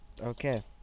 Okay